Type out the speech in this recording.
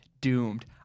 doomed